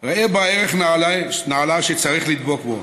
ראה בה ערך נעלה שצריך לדבוק בו.